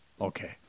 Okay